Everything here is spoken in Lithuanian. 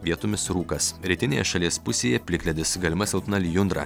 vietomis rūkas rytinėje šalies pusėje plikledis galima silpna lijundra